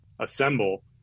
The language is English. assemble